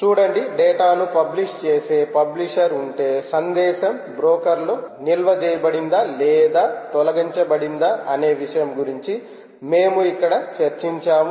చూడండి డేటాను పబ్లిష్ చేసే పబ్లిషర్ ఉంటే సందేశం బ్రోకర్ లో నిల్వ చేయబడిందా లేదా తొలగించబడిందా అనే విషయం గురించి మేము ఇక్కడ చర్చించాము